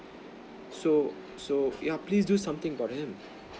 so so yeah please do something about him